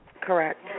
Correct